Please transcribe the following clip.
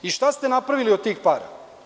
I šta ste napravili od tih para?